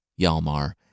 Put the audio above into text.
Yalmar